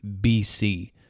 BC